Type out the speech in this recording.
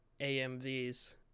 AMVs